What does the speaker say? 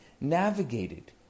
navigated